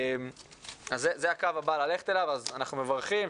זה הקו הבא ללכת אליו ואנחנו מברכים.